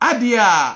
Adia